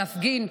להפגין.